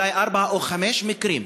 אולי ארבעה או חמישה מקרים